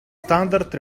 standard